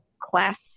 class